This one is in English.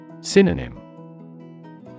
Synonym